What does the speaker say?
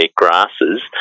grasses